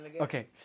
Okay